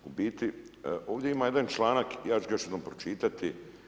U biti ovdje ima jedan članak, ja ću ga još jednom pročitati.